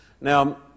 Now